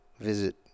visit